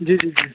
जी जी जी